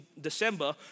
December